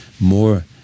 more